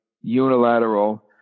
unilateral